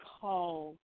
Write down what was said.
call